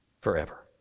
forever